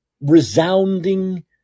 resounding